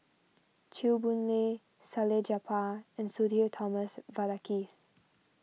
Chew Boon Lay Salleh Japar and Sudhir Thomas Vadaketh